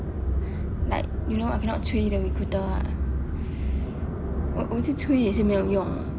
like you know I cannot 催 the recruiter [what] 我一直催也是没有用